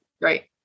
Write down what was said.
great